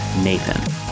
Nathan